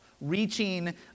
reaching